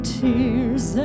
tears